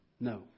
No